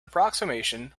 approximation